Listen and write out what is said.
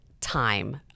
time